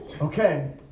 okay